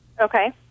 Okay